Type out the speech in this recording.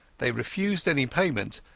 they refused any payment,